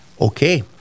okay